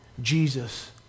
Jesus